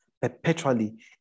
perpetually